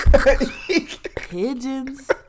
Pigeons